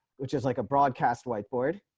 which is like a broadcast whiteboard.